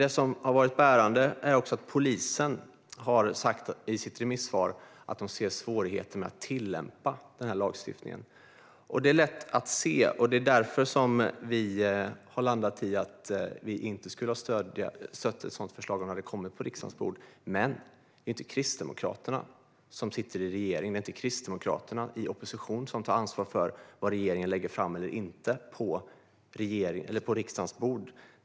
Det som har varit bärande är dessutom att polisen i sitt remissvar skrev att man såg svårigheter med att tillämpa en sådan lagstiftning, vilket är lätt att se. Därför har vi landat i att inte stödja ett sådant förslag om det kommer på riksdagens bord. Det är dock inte Kristdemokraterna som sitter i regeringen, och det är inte Kristdemokraterna i opposition som tar ansvar för vad regeringen lägger fram på riksdagens bord.